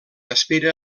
aspira